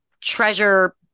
treasure